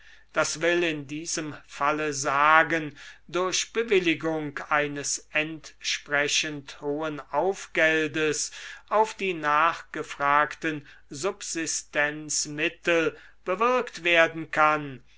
das will in diesem falle sagen durch bewilligung eines entsprechend hohen aufgeldes auf die nachgefragten subsistenzmittel bewirkt werden kann